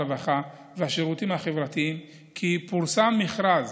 הרווחה והשירותים החברתיים כי פורסם מכרז